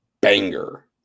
banger